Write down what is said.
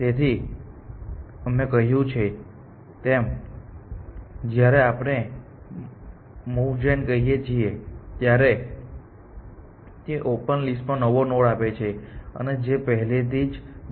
તેથી અમે કહ્યું છે તેમ જ્યારે આપણે moveGen કહીએ છીએ ત્યારે તે ઓપન લિસ્ટ માં નવો નોડ આપે છે અને જે પહેલેથી જ બંધ છે